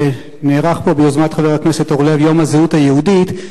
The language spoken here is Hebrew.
נערך פה ביוזמת חבר הכנסת אורלב יום הזהות היהודית,